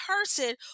person